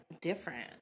different